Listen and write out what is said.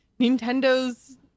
Nintendo's